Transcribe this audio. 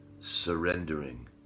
surrendering